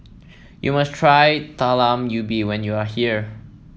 you must try Talam Ubi when you are here